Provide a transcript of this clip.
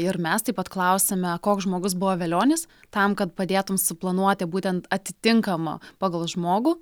ir mes taip pat klausiame koks žmogus buvo velionis tam kad padėtum suplanuoti būtent atitinkamą pagal žmogų